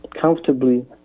comfortably